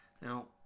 Now